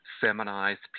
feminized